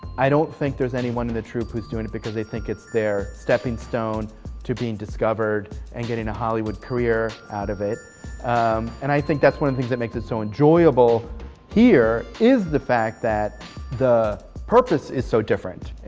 i don't think there's anyone in the troupe who's doing it because they think it's their stepping-stone to being discovered and getting a hollywood career out of it and i think that's one of the and things that makes it so enjoyable here is the fact that the purpose is so different.